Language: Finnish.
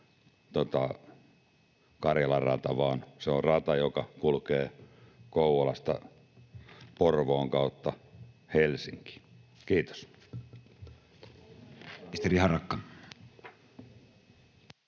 Karjalan rata vaan se on rata, joka kulkee Kouvolasta Porvoon kautta Helsinkiin. — Kiitos.